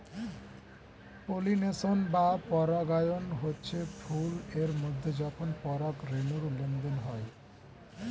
pollination বা পরাগায়ন হচ্ছে ফুল এর মধ্যে যখন পরাগ রেণুর লেনদেন হয়